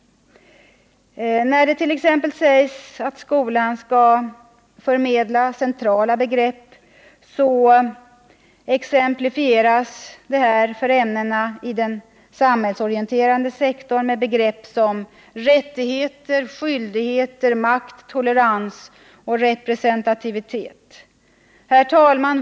När det t.ex. sägs att skolan skall förmedla centrala begrepp, exemplifieras detta i propositionen för ämnena i den samhällsorienterande sektorn med begrepp som ”rättigheter, skyldigheter, makt, tolerans, representativitet”.